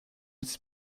its